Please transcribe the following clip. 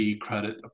credit